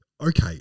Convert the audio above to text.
Okay